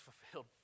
fulfilled